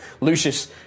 Lucius